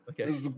Okay